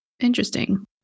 Interesting